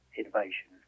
innovation